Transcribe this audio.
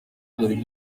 bari